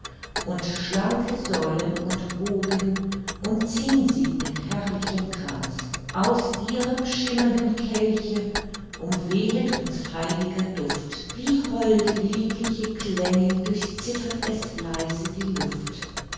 und schlanke säulen und bogen umziehn sie in herrlichem kranz aus ihrem schimmernden kelche umwehet uns heiliger duft wie holde liebliche klänge durchzittert es leise die luft